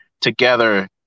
together